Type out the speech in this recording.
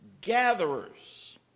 gatherers